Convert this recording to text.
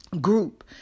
group